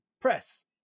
press